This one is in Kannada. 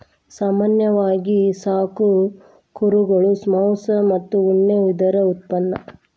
ಸಾಮಾನ್ಯವಾಗಿ ಸಾಕು ಕುರುಗಳು ಮಾಂಸ ಮತ್ತ ಉಣ್ಣಿ ಇದರ ಉತ್ಪನ್ನಾ